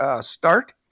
start